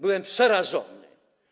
Byłem przerażony.